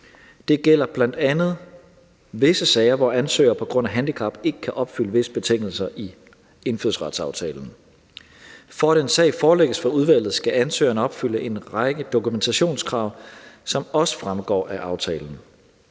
Det gælder bl.a. visse sager, hvor ansøger på grund af handicap ikke kan opfylde visse betingelser i indfødsretsaftalen. For at en sag forelægges for udvalget, skal ansøgeren opfylde en række dokumentationskrav, som også fremgår af aftalen.